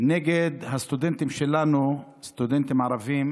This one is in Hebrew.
נגד הסטודנטים שלנו, סטודנטים ערבים